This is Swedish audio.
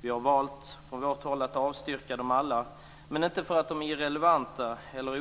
Vi har valt från vårt håll att avstyrka dem alla, men inte för att de är irrelevanta eller